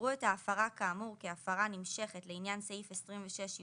יראו את ההפרה כאמור כהפרה נמשכת לעניין סעיף 26יא(א),